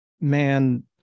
man